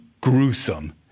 gruesome